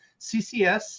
CCS